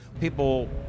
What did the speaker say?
People